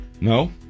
No